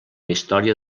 història